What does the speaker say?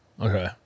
Okay